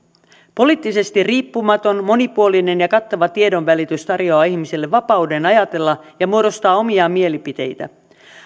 poliittisesti riippumaton monipuolinen ja kattava tiedonvälitys tarjoaa ihmisille vapauden ajatella ja muodostaa omia mielipiteitä